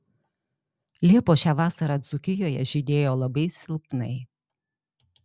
liepos šią vasarą dzūkijoje žydėjo labai silpnai